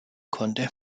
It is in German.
konnte